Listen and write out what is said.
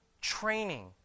training